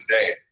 today